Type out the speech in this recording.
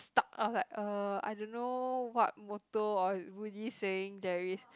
stuck I was like uh I don't know what motto or Buddhist saying there is